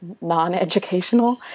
non-educational